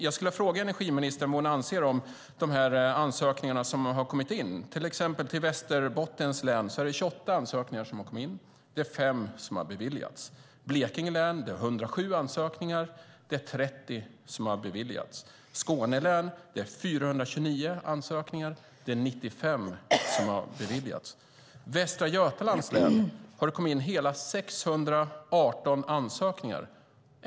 Jag vill fråga energiministern vad hon anser om de ansökningar som kommit in. I till exempel Västerbottens län har det kommit in 28 ansökningar. Det är fem som har beviljats. I Blekinge län är det 107 ansökningar. Det är 30 som har beviljats. I Skåne län är det 429 ansökningar. Det är 95 som har beviljats. I Västra Götalands län har det kommit in hela 618 ansökningar.